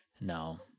no